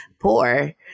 poor